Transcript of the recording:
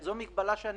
יש איזו תאוריה בישראל,